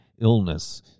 illness